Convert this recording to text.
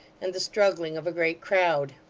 and the struggling of a great crowd.